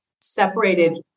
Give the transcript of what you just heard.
separated